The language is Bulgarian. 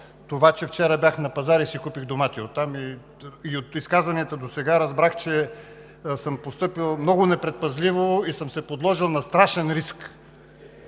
това, че вчера бях на пазара и си купих домати оттам. От изказванията досега разбрах, че съм постъпил много непредпазливо и съм се подложил на страшен риск.